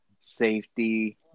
safety